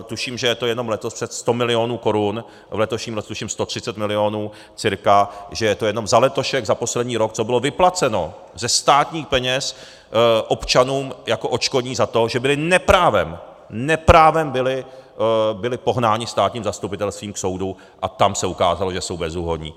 Tuším, že je to jenom letos přes 100 milionů korun, v letošním roce přes 130 milionů cca, že je to jenom za letošek, za poslední rok, co bylo vyplaceno ze státních peněz občanům jako odškodnění za to, že byli neprávem neprávem byli pohnáni státním zastupitelstvím k soudu a tam se ukázalo, že byli bezúhonní.